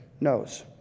knows